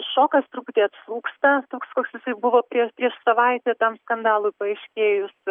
šokas truputį atslūgsta toks koks jisai buvo prieš savaitę tam skandalui paaiškėjus